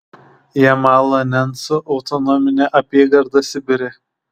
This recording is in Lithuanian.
jamalo nencų autonominė apygarda sibire